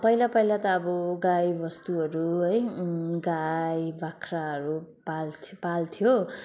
पहिला पहिला त अब गाई बस्तुहरू है गाई बाख्राहरू पाल् पाल्थ्यो